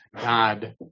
God